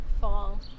fall